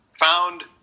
found